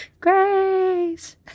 Grace